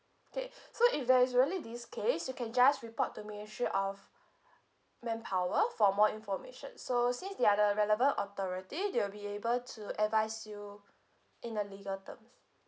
okay so if there is really this case you can just report to ministry of manpower for more information so since they're the relevant authority they'll be able to advise you in the legal terms